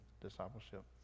discipleship